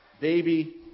baby